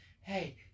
hey